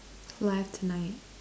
live tonight